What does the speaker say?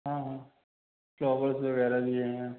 हाँ हाँ चौखट वग़ैरह भी हैं